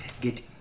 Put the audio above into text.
Get